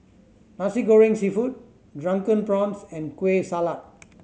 Nasi Goreng Seafood Drunken Prawns and Kueh Salat